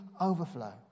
overflow